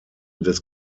des